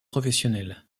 professionnels